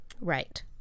right